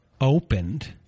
opened